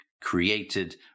created